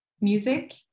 music